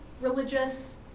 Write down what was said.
religious